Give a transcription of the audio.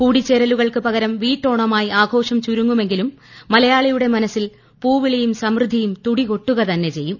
കൂടിച്ചേരലുകൾക്ക് പകരം വീട്ടോണമായി ആഘോഷം ചുരുങ്ങുമെങ്കിലും മലയാളിയുടെ മനസിൽ പൂവിളിയും സമൃദ്ധിയും തുടികൊട്ടുക തന്നെ ചെയ്യും